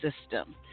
system